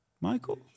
Michael